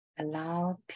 Allow